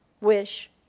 wish